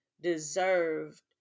deserved